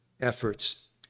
efforts